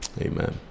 Amen